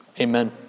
Amen